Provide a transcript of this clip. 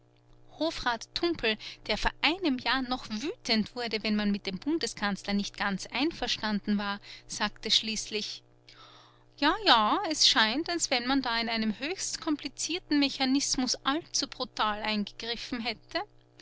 hofrat tumpel der vor einem jahr noch wütend wurde wenn man mit dem bundeskanzler nicht ganz einverstanden war sagte schließlich ja ja es scheint als wenn man da in einen höchst komplizierten mechanismus allzu brutal eingegriffen hätte